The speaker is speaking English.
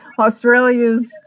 Australia's